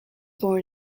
born